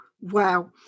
wow